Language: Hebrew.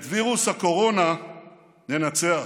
את וירוס הקורונה ננצח.